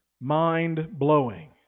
mind-blowing